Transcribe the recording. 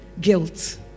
guilt